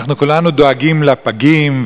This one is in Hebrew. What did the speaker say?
אנחנו כולנו דואגים לפגים,